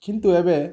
କିନ୍ତୁ ଏବେ